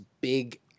big